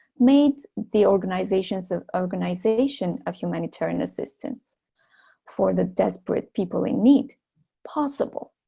made the organization so of organization of humanitarian assistance for the desperate people in need possible